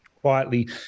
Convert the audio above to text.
quietly